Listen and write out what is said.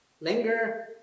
Linger